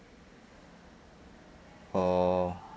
oh